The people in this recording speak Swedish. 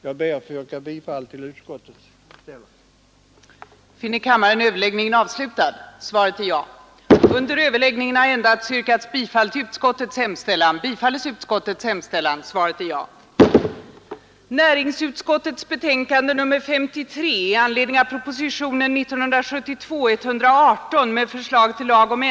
Jag ber att få yrka bifall till utskottets hemställan.